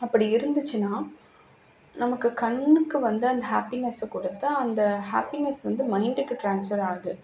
அப்படி இருந்துச்சின்னால் நமக்கு கண்ணுக்கு வந்து அந்த ஹாப்பினஸ்ஸை கொடுத்து அந்த ஹாப்பினஸ் வந்து மைண்டுக்கு ட்ரான்ஸ்வர் ஆகுது